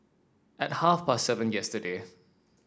at half past seven yesterday